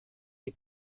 die